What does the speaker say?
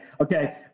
Okay